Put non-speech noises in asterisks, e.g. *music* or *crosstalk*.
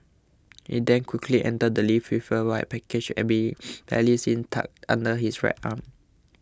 he then quickly enters the lift with a white package *unintelligible* *noise* barely seen tucked under his right arm